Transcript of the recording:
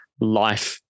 life